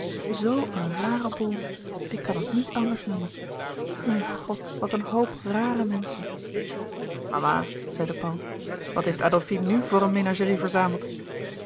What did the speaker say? een rare boel ik kan het niet anders noemen mijn god wat een hoop rare menschen mama zeide paul wat heeft adolfine nu voor een menagerie verzameld